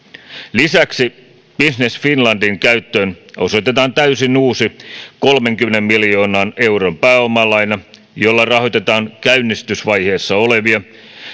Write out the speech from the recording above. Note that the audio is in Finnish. lisäksi business finlandin käyttöön osoitetaan täysin uusi kolmenkymmenen miljoonan euron pääomalaina jolla rahoitetaan käynnistysvaiheessa olevia